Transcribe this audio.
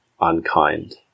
unkind